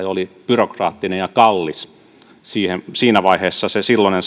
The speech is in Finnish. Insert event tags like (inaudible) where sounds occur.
(unintelligible) oli todella todella byrokraattinen ja kallis siinä vaiheessa se silloinen (unintelligible)